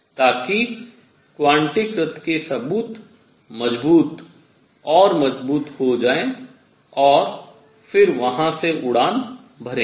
ताकि क्वांटीकृत के सबूत मजबूत और मजबूत हो जाएं और फिर वहां से उड़ान भरेंगे